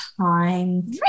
time